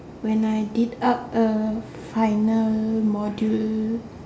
when I did up a final module